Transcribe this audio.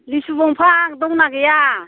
लिसु दंफां दंना गैया